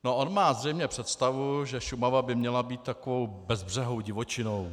On má zřejmě představu, že Šumava by měla být takovou bezbřehou divočinou.